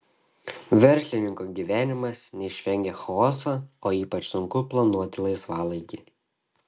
verslininko gyvenimas neišvengia chaoso o ypač sunku planuoti laisvalaikį